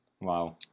Wow